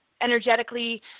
energetically